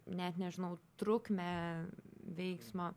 net nežinau trukmę veiksmo